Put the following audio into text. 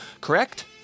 correct